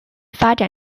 发展